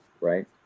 right